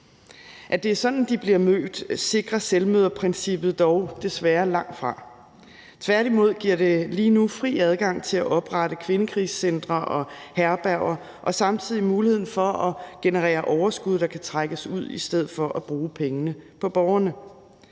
At det er sådan, de bliver mødt, sikrer selvmøderprincippet dog desværre langtfra. Tværtimod giver det lige nu fri adgang til at oprette kvindekrisecentre og herberger og samtidig mulighed for at generere overskud, der kan trækkes ud, i stedet for at bruge pengene på borgerne.